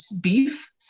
beef